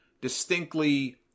distinctly